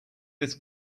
this